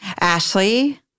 Ashley